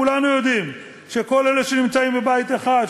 כולנו יודעים שכל אלה שנמצאים בבתים 1,